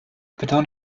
beton